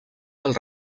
del